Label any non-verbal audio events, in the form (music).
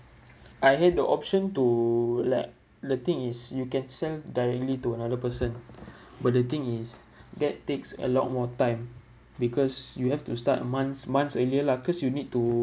I had the option to like the thing is you can sell directly to another person (breath) but the thing is (breath) that takes a lot more time because you have to start months months earlier lah cause you need to